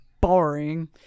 boring